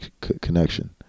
connection